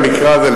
במקרה הזה,